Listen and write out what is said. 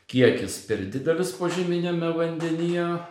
kiekis per didelis požeminiame vandenyje